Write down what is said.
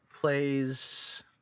plays